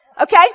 Okay